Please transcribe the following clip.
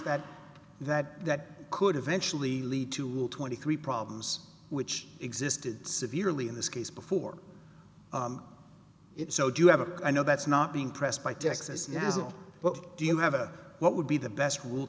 that that that could eventually lead to twenty three problems which existed severely in this case before it so do you have a i know that's not being pressed by texas now what do you have a what would be the best r